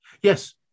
Yes